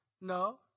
No